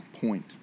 point